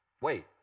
Wait